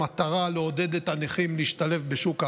במטרה לעודד את הנכים להשתלב בשוק העבודה,